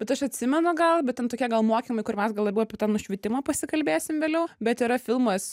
bet aš atsimenu gal bet ten tokie gal mokymai kur mes gal labiau apie tą nušvitimą pasikalbėsim vėliau bet yra filmas